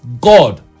God